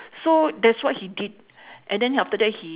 so that's what he did and then after that he